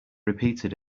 repeated